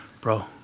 Bro